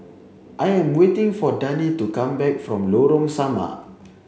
I am waiting for Dani to come back from Lorong Samak